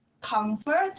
comfort